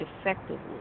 effectively